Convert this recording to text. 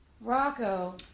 Rocco